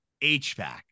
HVAC